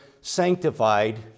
sanctified